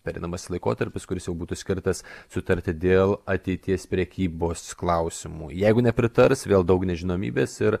pereinamasis laikotarpis kuris jau būtų skirtas sutarti dėl ateities prekybos klausimų jeigu nepritars vėl daug nežinomybės ir